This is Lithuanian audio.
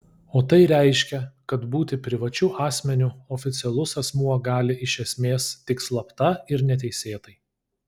o tai reiškia kad būti privačiu asmeniu oficialus asmuo gali iš esmės tik slapta ir neteisėtai